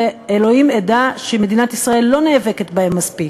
ואלוהים עדה שמדינת ישראל לא נאבקת בהם מספיק.